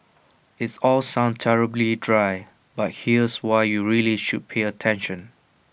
it's all sounds terribly dry but here's why you really should pay attention